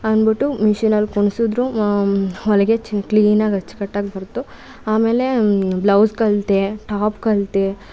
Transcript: ಅಂದ್ಬಿಟ್ಟು ಮಿಷಿನಲ್ಲಿ ಕೂರ್ಸಿದ್ರು ಹೊಲಿಗೆ ಚ್ ಕ್ಲೀನಾಗಿ ಅಚ್ಚುಕಟ್ಟಾಗ್ ಬಂತು ಆಮೇಲೆ ಬ್ಲೌಸ್ ಕಲಿತೆ ಟಾಪ್ ಕಲಿತೆ